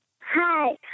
Hi